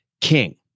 king